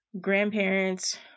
grandparents